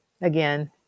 again